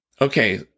Okay